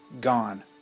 gone